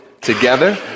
together